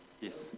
Yes